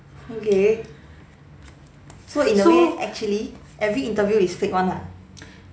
okay so in a way actually every interview is fake [one] lah